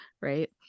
right